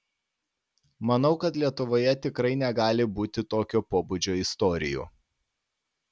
manau kad lietuvoje tikrai negali būti tokio pobūdžio istorijų